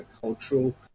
cultural